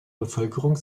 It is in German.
bevölkerung